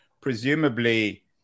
presumably